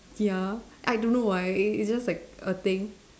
ya I don't know why it it's just like a thing